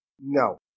No